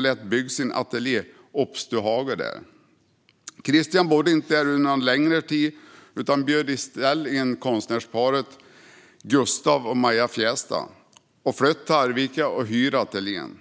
lät där bygga sin ateljé Oppstuhage. Christian bodde där inte någon längre tid utan bjöd i stället konstnärsparet Gustav och Maja Fj?stad att flytta till Arvika och hyra ateljén.